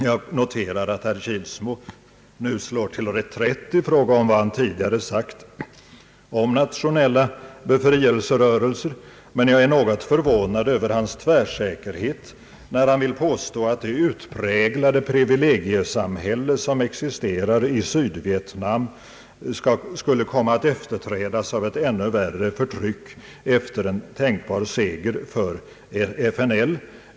Jag noterar att herr Kilsmo nu slår till reträtt från vad han tidigare har anfört om nationella befrielserörelser, men jag är något förvånad över hans tvärsäkerhet när han vill påstå att det utpräglade privilegiesamhälle som existerar i Sydvietnam skulle komma att efterträdas av ett ännu värre förtryck efter en tänkbar seger för FNL.